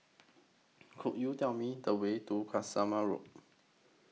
Could YOU Tell Me The Way to Tasmania Road